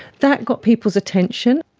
that got people's attention.